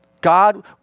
God